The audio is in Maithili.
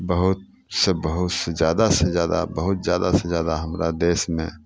बहुतसँ बहुतसँ जादासँ जादा बहुत जादासँ जादा हमरा देशमे